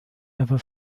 ever